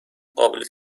قابل